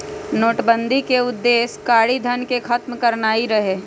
नोटबन्दि के उद्देश्य कारीधन के खत्म करनाइ रहै